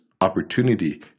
opportunity